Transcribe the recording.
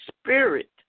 spirit